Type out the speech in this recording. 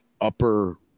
upper